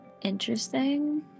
interesting